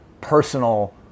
personal